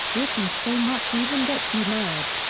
walking so much even gets me mad.